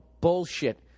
bullshit